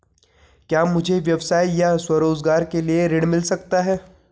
क्या मुझे व्यवसाय या स्वरोज़गार के लिए ऋण मिल सकता है?